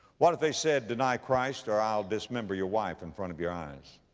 what if they said, deny christ or i'll dismember your wife in front of your eyes.